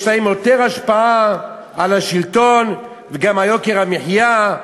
יש להם יותר השפעה על השלטון וגם על יוקר המחיה.